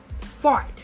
fart